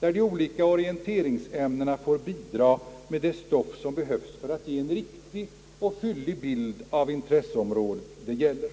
där de olika orienteringsämnena får bidra med det stoff som behövs för att ge en riktig och fyllig bild av det intresseområde det gäller.